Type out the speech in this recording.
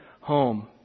home